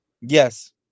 Yes